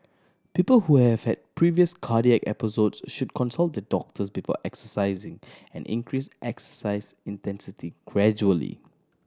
people who have had previous cardiac episodes should consult the doctors before exercising and increase exercise intensity gradually